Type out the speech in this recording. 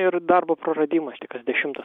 ir darbo praradimas tai kas dešimtas